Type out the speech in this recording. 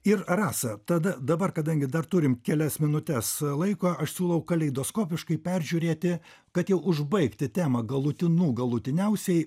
ir rasa tada dabar kadangi dar turim kelias minutes laiko aš siūlau kaleidoskopiškai peržiūrėti kad jau užbaigti temą galutinu galutiniausiai